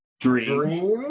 Dream